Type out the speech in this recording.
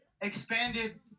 expanded